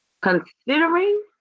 Considering